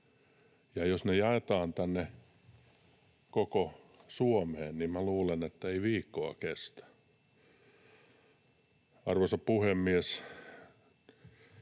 ja jos ne jaetaan tänne koko Suomeen, luulen, etteivät ne viikkoa kestä. Arvoisa puhemies!